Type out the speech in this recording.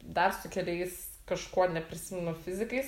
dar su keliais kažkuo neprisimenu fizikais